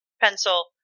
pencil